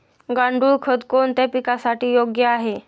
गांडूळ खत कोणत्या पिकासाठी योग्य आहे?